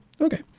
okay